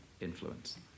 influence